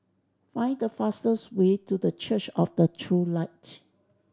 find the fastest way to The Church of the True Light